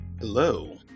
Hello